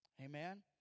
Amen